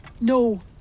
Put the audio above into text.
No